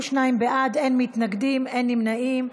52 בעד, אין מתנגדים, אין נמנעים.